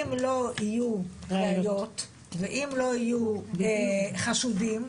אם לא יהיו ראיות ואם לא יהיו חשודים,